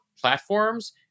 platforms